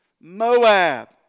Moab